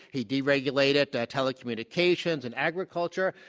he deregulated telecommunications and agriculture.